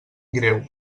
greu